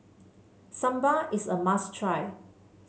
sambar is a must try